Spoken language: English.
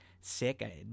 sick